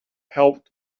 helped